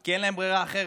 כי אין להם ברירה אחרת.